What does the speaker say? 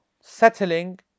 Settling